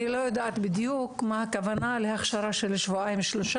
אני לא יודעת בדיוק מה הכוונה להכשרה של שבועיים-שלושה,